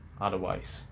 otherwise